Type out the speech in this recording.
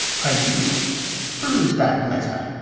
pray you peruse that letter.